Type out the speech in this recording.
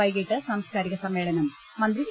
വൈകിട്ട് സാംസ്കാരിക സമ്മേളനം മന്ത്രി എ